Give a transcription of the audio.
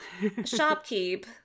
Shopkeep